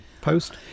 post